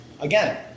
Again